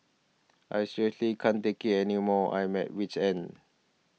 I seriously can't take it anymore I'm at wit's end